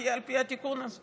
נחיה על פי התיקון הזה.